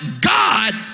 God